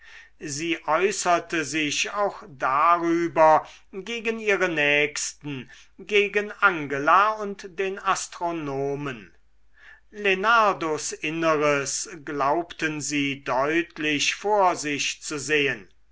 sie äußerte sich auch darüber gegen ihre nächsten gegen angela und den astronomen lenardos inneres glaubten sie deutlich vor sich zu sehen